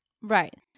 right